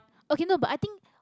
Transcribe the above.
okay no but i think